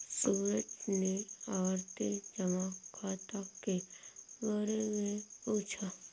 सूरज ने आवर्ती जमा खाता के बारे में पूछा